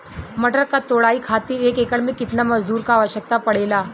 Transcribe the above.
मटर क तोड़ाई खातीर एक एकड़ में कितना मजदूर क आवश्यकता पड़ेला?